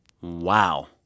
Wow